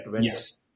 Yes